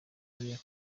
kariya